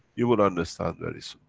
you will understand very soon.